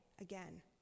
again